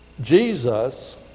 Jesus